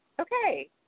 okay